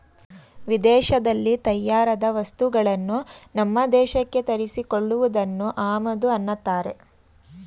ವಿದೇಶದಲ್ಲಿ ತಯಾರಾದ ವಸ್ತುಗಳನ್ನು ನಮ್ಮ ದೇಶಕ್ಕೆ ತರಿಸಿ ಕೊಳ್ಳುವುದನ್ನು ಆಮದು ಅನ್ನತ್ತಾರೆ